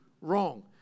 wrong